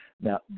Now